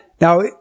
Now